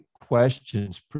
questions